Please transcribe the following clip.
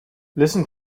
listen